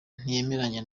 ntiyemeranya